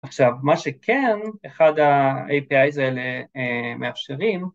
עכשיו מה שכן אחד ה-APIs האלה מאפשרים